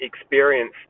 experience